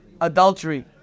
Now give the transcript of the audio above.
adultery